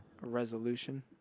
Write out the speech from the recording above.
resolution